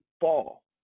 fall